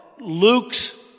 Luke's